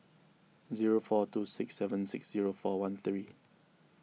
zero four two six seven six zero four one three